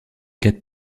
quatre